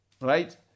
Right